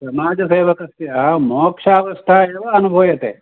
समाजसेवकस्य मोक्षावस्था एव अनुभूयते